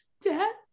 dad